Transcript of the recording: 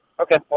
Okay